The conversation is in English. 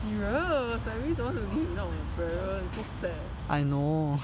serious I really don't want to leave without my parents so sad